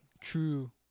True